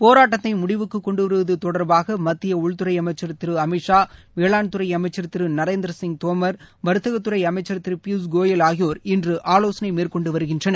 போராட்டத்தை முடிவுக்கு கொண்டு வருவது தொடர்பாக மத்திய உள்துறை அமைச்சன் திரு அமித்ஷா வேளான்துறை அமைச்சர் திரு நரேந்திரசிங் தோமர் வர்த்தகத்துறை அமைச்சர் திரு பியூஷ் கோயல் ஆகியோர் இன்று ஆலோசனை மேற்கொண்டு வருகின்றனர்